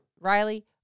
Riley